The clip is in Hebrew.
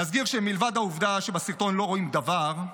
נזכיר שמלבד העובדה שבסרטון לא רואים דבר,